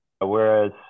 whereas